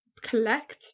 collect